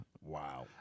Wow